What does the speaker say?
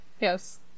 Yes